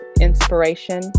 inspiration